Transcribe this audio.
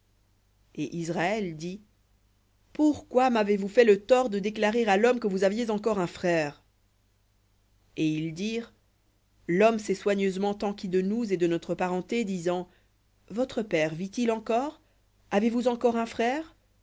et israël dit pourquoi m'avez-vous fait le tort de déclarer à l'homme que vous aviez encore un frère et ils dirent l'homme s'est soigneusement enquis de nous et de notre parenté disant votre père vit-il encore avez-vous un frère